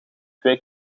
twee